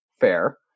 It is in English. fair